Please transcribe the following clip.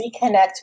reconnect